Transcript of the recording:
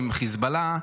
עם חיזבאללה,